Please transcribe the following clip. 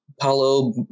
Paulo